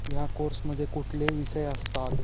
ह्या कोर्समध्ये कुठले विषय असतात